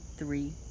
three